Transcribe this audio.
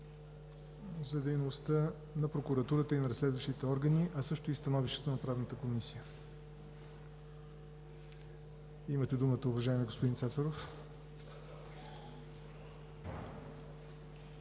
за дейността на Прокуратурата и на разследващите органи, а също и по Становището на Правна комисия? Имате думата, уважаеми господин Цацаров.